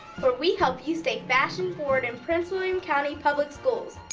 where we help you stay fashion forward in prince william county public schools.